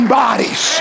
bodies